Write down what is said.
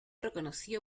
reconocido